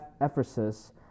Ephesus